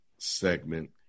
Segment